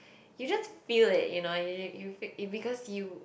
you don't feel that you know you you fell it's because you